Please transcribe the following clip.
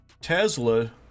Tesla